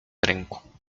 rynku